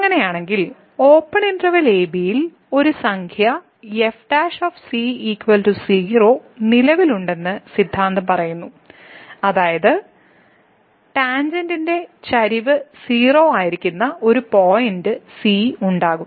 അങ്ങനെയാണെങ്കിൽ open interval a b യിൽ ഒരു സംഖ്യ f ' 0 നിലവിലുണ്ടെന്ന് സിദ്ധാന്തം പറയുന്നു അതായത് ടാൻജെന്റിന്റെ ചരിവ് 0 ആയിരിക്കുന്ന ഒരു പോയിന്റ് c ഉണ്ടാകും